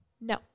No